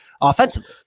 offensively